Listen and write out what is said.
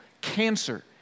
cancer